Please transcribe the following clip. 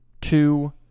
two